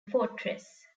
fortress